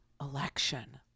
election